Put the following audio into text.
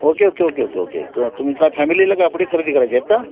okay okay okay okay okay तर तुम्ही काय फॅमिलीला कापडे खरेदी करायची आहेत का